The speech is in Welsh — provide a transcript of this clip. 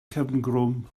cefngrwm